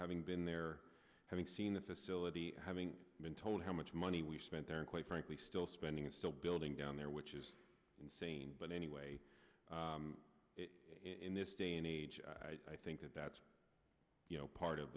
having been there having seen the facility having been told how much money we spent there and quite frankly still spending is still building down there which is insane but anyway in this day and age i think that that's you know part of